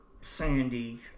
Sandy